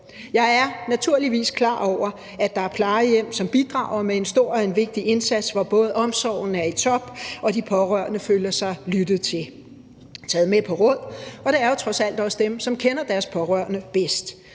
Jeg er naturligvis klar over, at der er plejehjem, som bidrager med en stor og en vigtig indsats, både hvor omsorgen er i top, og hvor de pårørende føler sig lyttet til og taget med på råd. Det er trods alt også dem, som kender deres pårørende bedst,